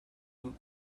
you